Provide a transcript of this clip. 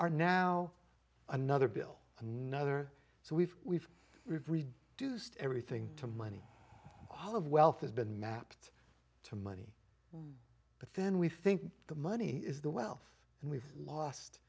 are now another bill another so we've we've deuced everything to money all of wealth has been mapped to money but then we think the money is the wealth and we've lost